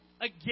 Again